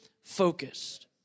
focused